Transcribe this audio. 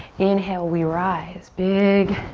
inhale, we rise. big